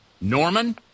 Norman